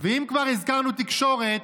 ואם כבר הזכרנו תקשורת,